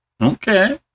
Okay